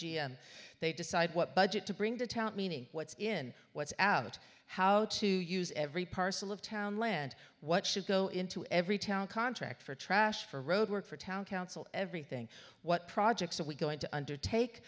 department they decide what budget to bring to town meaning what's in what's out how to use every parcel of town land what should go into every town contract for trash for road work for town council everything what projects are we going to undertake